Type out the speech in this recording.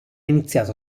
iniziato